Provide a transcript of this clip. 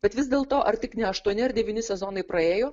bet vis dėlto ar tik ne aštuoni ar devyni sezonai praėjo